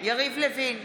יריב לוין,